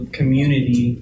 community